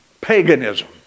paganism